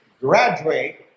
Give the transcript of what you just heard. graduate